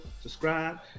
subscribe